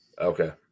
Okay